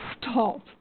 stop